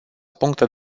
puncte